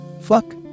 Fuck